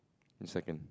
in second